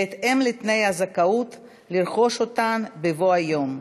בהתאם לתנאי הזכאות, לרכוש אותן בבוא היום.